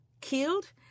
killed